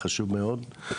חשוב מאוד.